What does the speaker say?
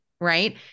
Right